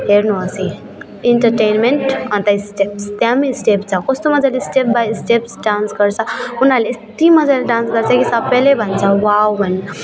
हेर्नु होस् यी इन्टर्टेन्मेन्ट अन्त स्टेप्स त्यहाँ स्टेप छ कस्तो मजाले स्टेप बाइ स्टेप्स डान्स गर्छ उनीहरूले यति मजाले डान्स गर्छ कि सबले भन्छ वाउ भन